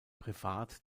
privat